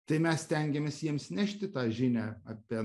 tai mes stengiamės jiems nešti tą žinią apie